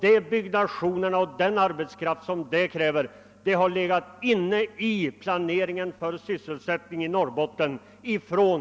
De byggnationerna med den arbetskraft som dessa skulle kräva har arbetsmarknadsmyndigheterna räknat med i fråga om sysselsättningen i Norrbotten.